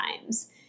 times